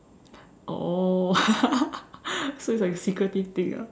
oh so it's like secretive thing ah